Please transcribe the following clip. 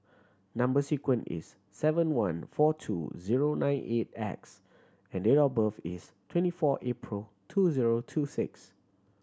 number sequence is seven one four two zero nine eight X and date of birth is twenty four April two zero two six